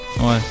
ouais